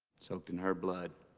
soaked in her blood.